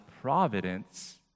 providence